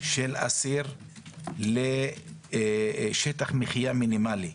של אסיר לשטח מחיה מינימלי.